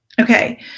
Okay